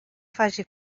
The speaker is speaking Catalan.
faci